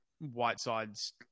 Whiteside's